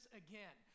again